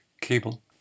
cable